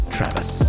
Travis